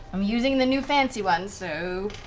i'm using the new fancy one, so